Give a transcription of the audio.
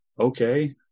okay